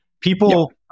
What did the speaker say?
people